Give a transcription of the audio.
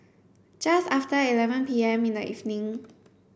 just after eleven P M in the evening